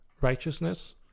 righteousness